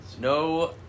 no